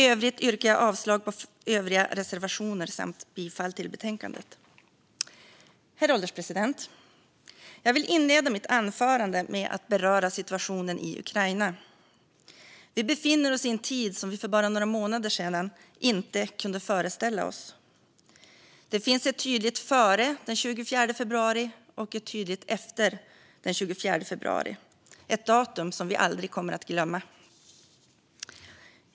Jag yrkar avslag på övriga reservationer och bifall till förslaget i betänkandet. Herr ålderspresident! Jag vill inleda mitt anförande med att beröra situationen i Ukraina. Vi befinner oss i en tid som vi för bara några månader sedan inte kunde föreställa oss. Det finns ett tydligt före den 24 februari och ett tydligt efter den 24 februari. Det är ett datum som vi aldrig kommer att glömma.